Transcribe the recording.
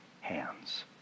hands